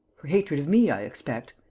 for hatred of me, i expect?